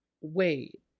Wait